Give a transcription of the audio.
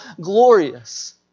glorious